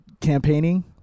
campaigning